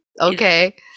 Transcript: okay